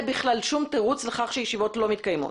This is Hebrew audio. כל תירוץ לכך שישיבות לא מתקיימות.